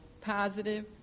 positive